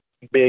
big